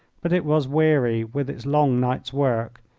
but it was weary with its long night's work,